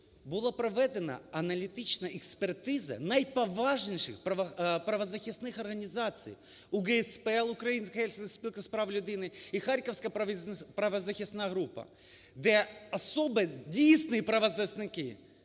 була проведена аналітична експертиза найповажніших правозахисних організацій УГСПЛ (Українська Гельсінська спілка з прав людини) і Харківська правозахисна група, де особи, дійсні правозахисники,